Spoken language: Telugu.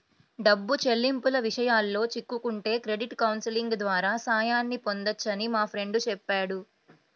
డబ్బు చెల్లింపుల విషయాల్లో చిక్కుకుంటే క్రెడిట్ కౌన్సిలింగ్ ద్వారా సాయాన్ని పొందొచ్చని మా ఫ్రెండు చెప్పాడు